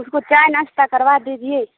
اس کو چائے ناشتہ کروا دیجیے